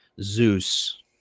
Zeus